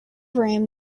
room